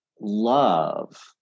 love